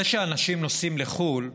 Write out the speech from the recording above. זה שאנשים נוסעים לחו"ל,